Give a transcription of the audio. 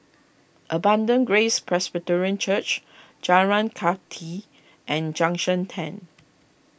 Abundant Grace Presbyterian Church Jalan Kathi and Junction ten